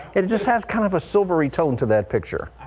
it it just has kind of a silvery tone to that picture.